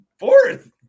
fourth